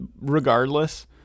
regardless